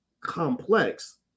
complex